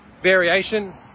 variation